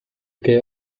care